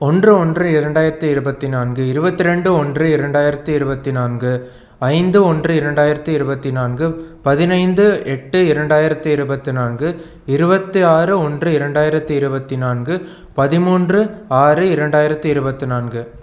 ஒன்று ஒன்று இரண்டாயிரத்தி இருபத்தி நான்கு இருபத்து ரெண்டு ஒன்று இரண்டாயிரத்தி இருபத்தி நான்கு ஐந்து ஒன்று இரண்டாயிரத்தி இருபத்தி நான்கு பதினைந்து எட்டு இரண்டாயிரத்தி இருபத்து நான்கு இருபத்தி ஆறு ஒன்று இரண்டாயிரத்தி இருபத்தி நான்கு பதிமூன்று ஆறு இரண்டாயிரத்தி இருபத்து நான்கு